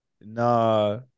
Nah